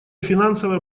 финансовое